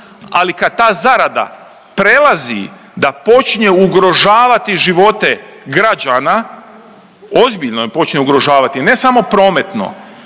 ali kad ta zarada prelazi da počinje ugrožavati živote građana, ozbiljno počne ugrožavati ne samo prometno,